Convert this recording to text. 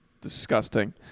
Disgusting